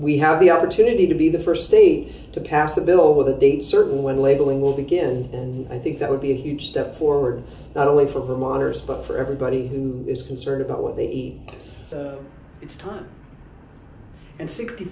we have the opportunity to be the first state to pass a bill with a date certain when labeling will begin and i think that would be a huge step forward not only for moderates but for everybody who's is concerned about what the it's time and sixty